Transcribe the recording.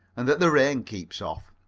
and that the rain keeps off.